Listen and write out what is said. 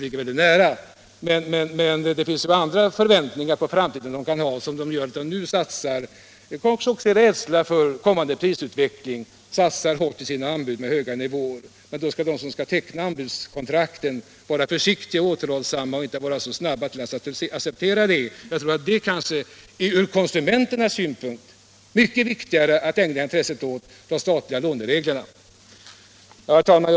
Men det kan finnas andra förväntningar inför framtiden som gör, att man nu — kanske också i rädsla för kommande prisutveckling — satsar hårt i sina anbud med höga nivåer. Men de som skall teckna anbudskontrakten skall vara försiktiga och återhållsamma och inte vara så snabba att acceptera dessa anbud. Det är kanske ur konsumenternas synpunkt mycket riktigare än att ägna intresset åt de statliga lånereglerna. Herr talman!